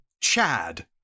Chad